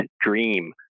Dream